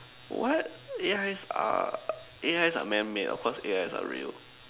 what ya it's a A_I are A_Is are man made of course A_Is are real